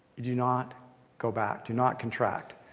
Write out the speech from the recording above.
do not go back. do not contract.